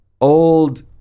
old